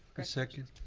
i second.